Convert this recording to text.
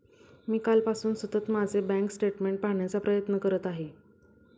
मी कालपासून सतत माझे बँक स्टेटमेंट्स पाहण्याचा प्रयत्न करत आहे